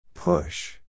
Push